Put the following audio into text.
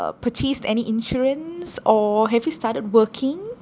purchased any insurance or have you started working